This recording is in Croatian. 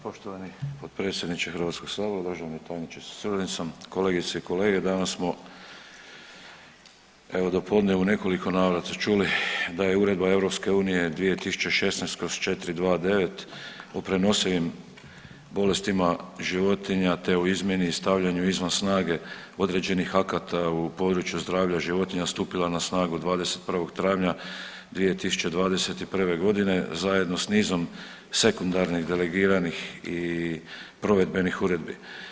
Poštovani potpredsjedniče Hrvatskog sabora, državni tajniče sa suradnicom, kolegice i kolege danas smo evo dopodne u nekoliko navrata čuli da je Uredba EU 2016/429 o prenosivim bolestima životinja te u izmjeni i stavljanju izvan snage određenih akata u području zdravlja životinja stupila na snagu 21. travnja 2021. godine zajedno s nizom sekundarnih, delegiranih i provedbenih uredbi.